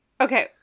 okay